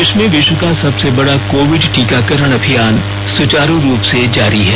देश में विश्व का सबसे बड़ा कोविड टीकाकरण अभियान सुचारू रूप से जारी है